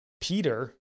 Peter